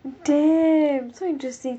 damn so interesting